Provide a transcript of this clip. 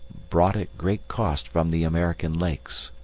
brought at great cost from the american lakes.